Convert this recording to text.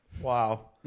Wow